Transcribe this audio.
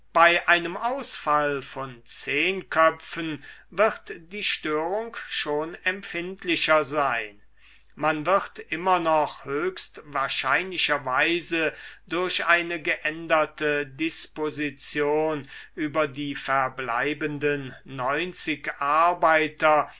bei einem ausfall von zehn köpfen wird die störung schon empfindlicher sein man wird immer noch höchst wahrscheinlicherweise durch eine geänderte disposition über die verbleibenden neunzig arbeiter